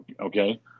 Okay